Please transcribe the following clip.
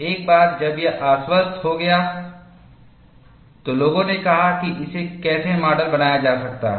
एक बार जब यह आश्वस्त हो गया तो लोगों ने कहा कि इसे कैसे मॉडल बनाया जा सकता है